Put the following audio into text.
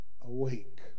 awake